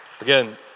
Again